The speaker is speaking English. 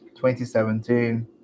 2017